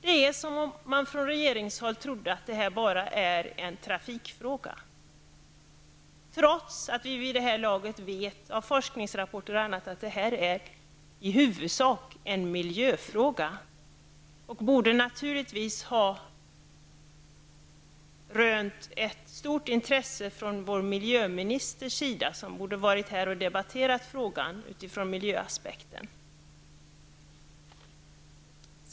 Det är som om regeringen trodde att det här bara är en trafikfråga, trots att vi vid det här laget vet, av forskningsrapporter, och annat, att det här är i huvudsak en miljöfråga. Den borde naturligtvis ha rönt ett stort intresse från vår miljöminister. Hon borde ha varit här och debatterat frågan utifrån miljöaspekten.